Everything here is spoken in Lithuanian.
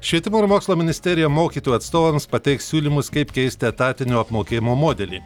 švietimo ir mokslo ministerija mokytojų atstovams pateiks siūlymus kaip keisti etatinio apmokėjimo modelį